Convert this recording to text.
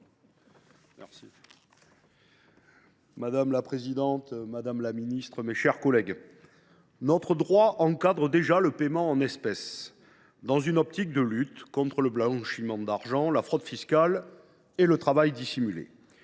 Madame la présidente, madame la ministre, mes chers collègues, notre droit encadre déjà le paiement en espèces, dans une perspective de lutte contre le blanchiment d’argent, la fraude fiscale et le travail dissimulé.